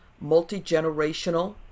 multi-generational